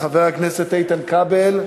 חבר הכנסת איתן כבל.